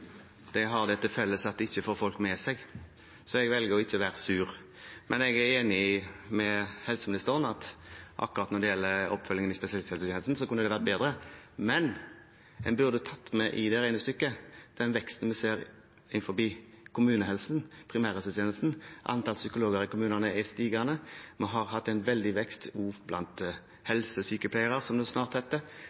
har det til felles at de ikke får folk med seg. Så jeg velger å ikke være sur, men jeg er enig med helseministeren i at akkurat når det gjelder oppfølgingen i spesialisthelsetjenesten, kunne det vært bedre. Men en burde tatt med i det regnestykket den veksten vi ser innen kommunehelse, primærhelsetjenesten. Antallet psykologer i kommunene er stigende, og vi har hatt en veldig vekst også blant helsesykepleiere, som det snart